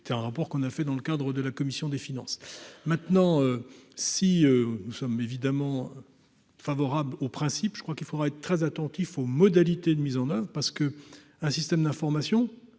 c'était un rapport qu'on a fait dans le cadre de la commission des finances, maintenant si nous sommes évidemment favorables au principe, je crois qu'il faudra être très attentif aux modalités de mise en oeuvre, parce que un système d'information,